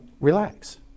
relax